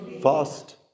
Fast